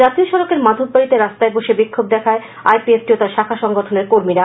জাতীয় সড়কের মাধববাড়ীতে রাস্তায় বসে বিক্ষোভ দেখায় আই পি এফ টি ও তার শাখা সংগঠনের কর্মীরা